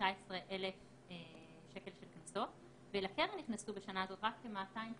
כ-519,000 שקל קנסות ולקרן נכנסו בשנה הזאת רק 259,000,